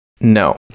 no